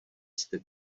jste